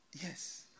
Yes